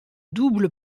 double